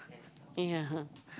ya